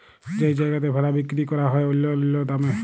যেই জায়গাতে ভেড়া বিক্কিরি ক্যরা হ্যয় অল্য অল্য দামে